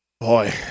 Boy